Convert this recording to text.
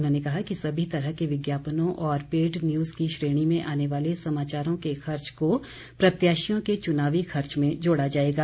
उन्होंने कहा कि सभी तरह के विज्ञापनों और पेड न्यूज़ की श्रेणी में आने वाले समाचारों के खर्च को प्रत्याशियों के चुनावी खर्च में जोड़ा जाएगा